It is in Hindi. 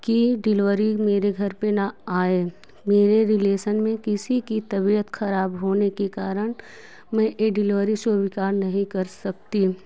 कि डिलिवरी मेरे घर पे ना आए मेरे रिलेसन में किसी की तबियत ख़राब होने के कारण मैं ए डिलवरी स्वीकार नहीं कर सकती